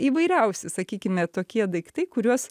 įvairiausi sakykime tokie daiktai kuriuos